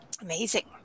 amazing